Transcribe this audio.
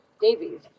Davies